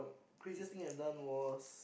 craziest thing I've done was